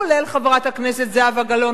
כולל חברת הכנסת זהבה גלאון,